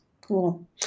Cool